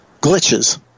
glitches